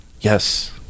yes